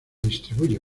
distribuye